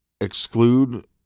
exclude